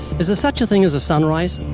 is there such a thing as a sunrise?